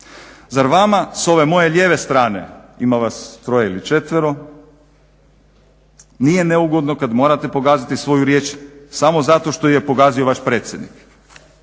Zar vama s ove moje lijeve strane, ima vas troje ili četvero, nije neugodno kad morate pogaziti svoju riječ samo zato što ju je pogazio vaš predsjednik?